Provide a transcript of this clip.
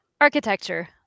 Architecture